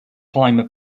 climber